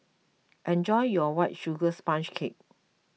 enjoy your White Sugar Sponge Cake